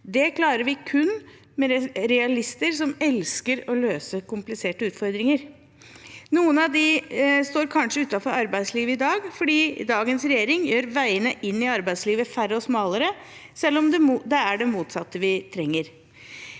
Det klarer vi kun med realister som elsker å løse kompliserte utfordringer. Noen av dem står kanskje utenfor arbeidslivet i dag, fordi dagens regjering gjør veiene inn i arbeidslivet færre og smalere, selv om det er det motsatte vi trenger.